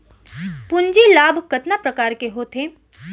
पूंजी लाभ कतना प्रकार के होथे?